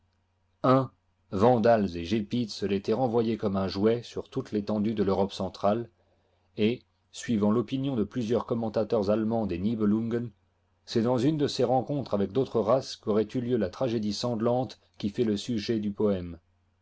vandales et gépides se l'étaient renvoyée comme un jouet sur toute l'étendu de l'europe centrale et suivant l'opinion de plusieurs commentateurs allemands des niebelungen c'est dans une de ces rencontres avec d'autres races qu'aurait eu lieu la tragédie sanglante qui fait le sujet du poème